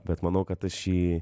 bet manau kad aš jį